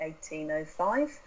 1805